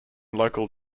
local